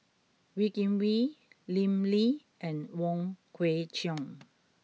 Wee Kim Wee Lim Lee and Wong Kwei Cheong